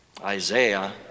Isaiah